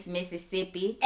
Mississippi